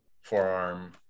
forearm